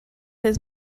his